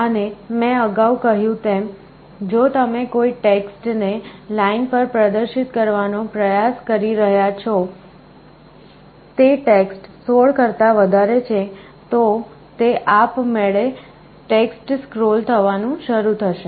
અને મેં અગાઉ કહ્યું તેમ જો તમે કોઈ ટેક્સ્ટ ને લાઈન પર પ્રદર્શિત કરવાનો પ્રયાસ કરી રહ્યાં છો તે ટેક્સ્ટ 16 કરતા વધારે છે તો તે આપમેળે ટેક્સ્ટ સ્ક્રોલ થવાનું શરૂ થશે